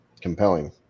compelling